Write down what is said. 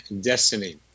Destiny